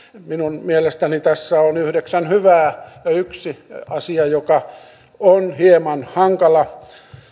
minun mielestäni tässä on yhdeksän hyvää asiaa ja yksi asia joka on hieman hankala